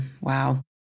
Wow